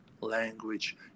language